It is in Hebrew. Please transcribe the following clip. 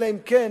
אלא אם כן,